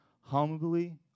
humbly